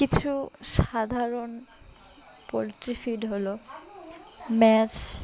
কিছু সাধারণ poultry feed হলো ম্যাশ